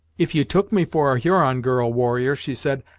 if you took me for a huron girl, warrior, she said,